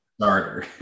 Starter